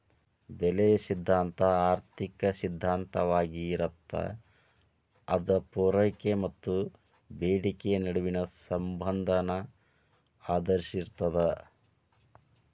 ಬೆಲೆಯ ಸಿದ್ಧಾಂತ ಆರ್ಥಿಕ ಸಿದ್ಧಾಂತವಾಗಿರತ್ತ ಅದ ಪೂರೈಕೆ ಮತ್ತ ಬೇಡಿಕೆಯ ನಡುವಿನ ಸಂಬಂಧನ ಆಧರಿಸಿರ್ತದ